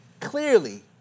clearly